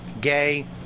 gay